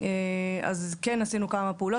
אז כן עשינו כמה פעולות.